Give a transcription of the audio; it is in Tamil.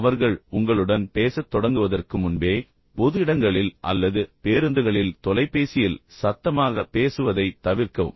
அவர்கள் உங்களுடன் பேசத் தொடங்குவதற்கு முன்பே பொது இடங்களில் அல்லது பேருந்துகளில் தொலைபேசியில் சத்தமாக பேசுவதைத் தவிர்க்கவும்